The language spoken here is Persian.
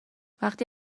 وقتی